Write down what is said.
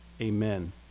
amen